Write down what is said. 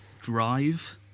Drive